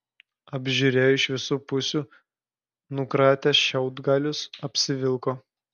apžiūrėjo iš visų pusių nukratė šiaudgalius apsivilko